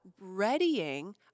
readying